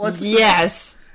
Yes